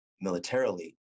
militarily